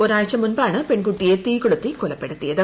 ഒരാഴ്ച മുൻപാണ് പെൺകുട്ടിയെ തീകൊളുത്തി കൊലപ്പെടുത്തിയത്